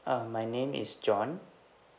uh my name is john